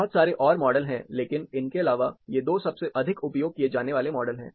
बहुत सारे और मॉडल हैं लेकिन इनके अलावा ये 2 सबसे अधिक उपयोग किए जाने वाले मॉडल हैं